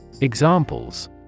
Examples